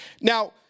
Now